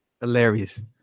Hilarious